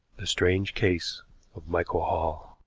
strange case of michael hall